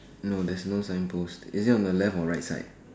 no there's no sign post is it on the left or right side